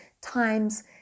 times